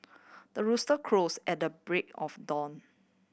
the rooster crows at the break of dawn